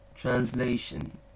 Translation